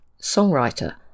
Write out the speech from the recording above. songwriter